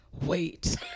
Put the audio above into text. wait